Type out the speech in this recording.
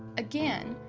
again,